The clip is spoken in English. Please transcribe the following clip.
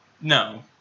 No